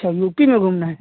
अच्छा ऊटी में घूमना है